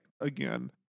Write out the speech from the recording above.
again